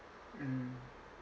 mm